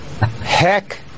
Heck